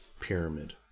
pyramid